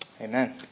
Amen